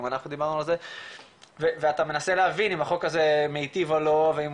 גם אנחנו דיברנו על זה ואתה מנסה להבין אם החוק הזה מיטיב או לא ואם